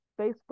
Facebook